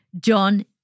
John